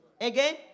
Again